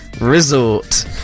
resort